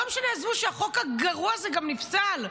לא משנה, עזבו שהחוק הגרוע הזה גם נפסל,